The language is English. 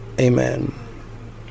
amen